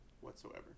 whatsoever